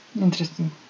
Interesting